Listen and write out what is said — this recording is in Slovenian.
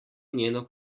njeno